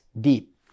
deep